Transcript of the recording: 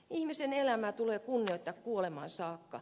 ihmisen elämää tulee kunnioittaa kuolemaan saakka